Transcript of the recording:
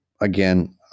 again